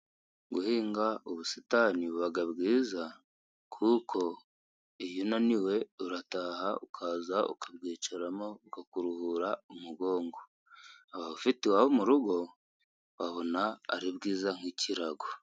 Guhinga ubusitani bibaga byiza, kuko iyo unaniwe urataha ukaza ukicaramo ukaruhura umugongo. Ababufite iwabo mu rugo, babona ari bwiza nk'ikirago.